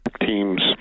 teams